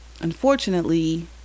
unfortunately